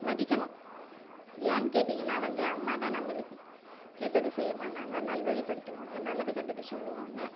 மதிக்கணும் ஏன் கேட்டிங்கன்னா வந்து அம்மா தான் நம்மளுக்கு கெட்டது செய்யமாட்டாங்க நல்வழி படுத்துவாங்க நல்லது கெட்டது சொல்வாங்க